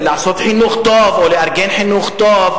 שנים אנחנו רוצים לראות סגירת פערים מוחלטת?